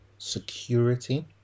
security